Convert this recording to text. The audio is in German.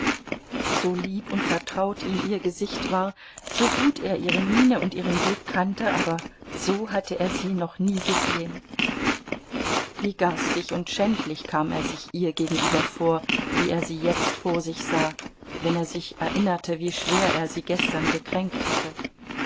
so lieb und vertraut ihm ihr gesicht war so gut er ihre mienen und ihren blick kannte aber so hatte er sie noch nie gesehen wie garstig und schändlich kam er sich ihr gegenüber vor wie er sie jetzt vor sich sah wenn er sich erinnerte wie schwer er sie gestern gekränkt hatte